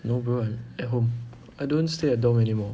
no bro I'm at home I don't stay at dom anymore